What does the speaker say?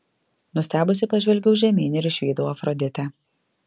nustebusi pažvelgiau žemyn ir išvydau afroditę